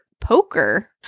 poker